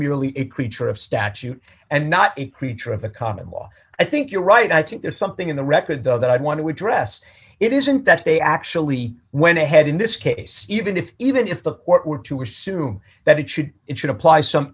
merely a creature of statute and not a creature of a common law i think you're right i think there's something in the record though that i want to address it isn't that they actually went ahead in this case even if even if the court were to assume that it should it should apply some